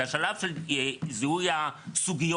זה השלב של זיהוי הסוגיות.